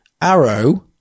arrow